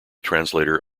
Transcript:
translator